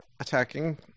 attacking